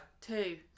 Two